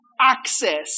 access